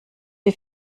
die